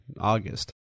August